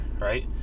right